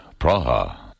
Praha